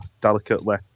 delicately